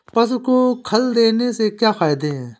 पशु को खल देने से क्या फायदे हैं?